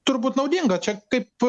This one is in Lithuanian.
turbūt naudinga čia kaip